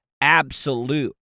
absolute